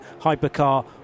Hypercar